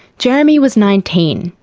jeremy was nineteen,